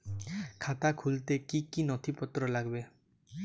খাতা খুলতে কি কি নথিপত্র লাগবে?